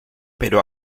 pero